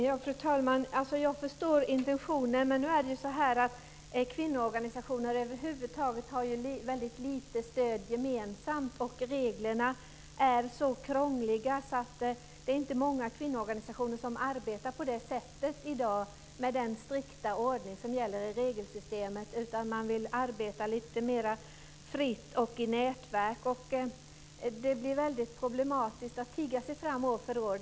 Fru talman! Jag förstår intentionen, men kvinnoorganisationer över huvud taget får väldigt lite stöd gemensamt. Reglerna är så krångliga att det inte är många kvinnoorganisationer som arbetar på det sättet i dag. Det råder en strikt ordning i regelsystemet. Man vill arbeta lite mera fritt och i nätverk. Det blir väldigt problematiskt att tigga sig fram år för år.